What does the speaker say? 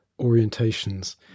orientations